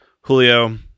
Julio